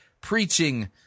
preaching